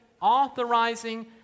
authorizing